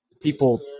people